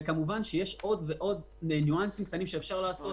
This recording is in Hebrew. יש עוד ועוד ניואנסים קטנים שאפשר לעשות.